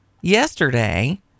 yesterday